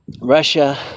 Russia